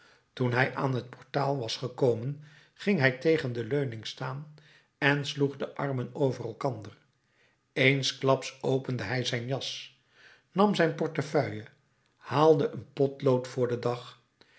toen hij aan het portaal was gekomen ging hij tegen de leuning staan en sloeg de armen over elkander eensklaps opende hij zijn jas nam zijn portefeuille haalde een potlood voor den dag